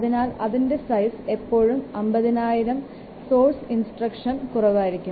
അതിനാൽ അതിൻറെ സൈസ് എപ്പോഴും 50000 സോഴ്സ് ഇൻസ്ട്രക്ഷനുകളെക്കാൾ കുറവായിരിക്കും